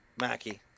Mackie